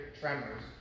tremors